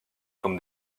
from